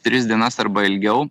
tris dienas arba ilgiau